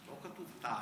לא כתוב תעשה,